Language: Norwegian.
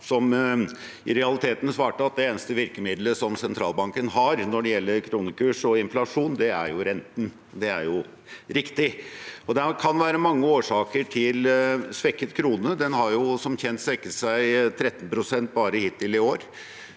som i realiteten svarte at det eneste virkemiddelet sentralbanken har når det gjelder kronekurs og inflasjon, er renten. Det er jo riktig. Det kan være mange årsaker til svekket krone. Den har som kjent svekket seg 13 pst. bare hittil i år.